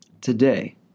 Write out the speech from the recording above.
today